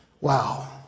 Wow